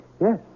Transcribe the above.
Yes